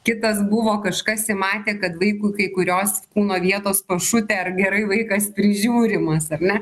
kitas buvo kažkas įmatė kad vaikui kai kurios kūno vietos pašutę ar gerai vaikas prižiūrimas ar ne